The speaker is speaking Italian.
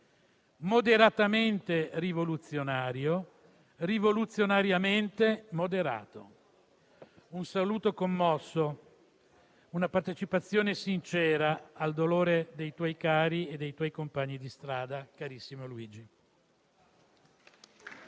«Moderatamente rivoluzionario, rivoluzionariamente moderato». Esprimo un saluto commosso e una partecipazione sincera al dolore dei tuoi cari e dei tuoi compagni di strada, carissimo Luigi.